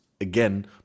again